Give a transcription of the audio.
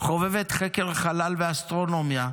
חובבת חקר חלל ואסטרונומיה,